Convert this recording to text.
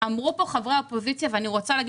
דיברו כאן חברי האופוזיציה ואני רוצה לומר